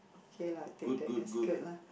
okay lah take that as good lah